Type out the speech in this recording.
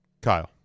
kyle